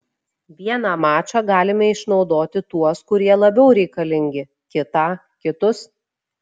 vieną mačą galime išnaudoti tuos kurie labiau reikalingi kitą kitus